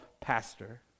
pastor